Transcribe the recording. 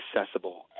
accessible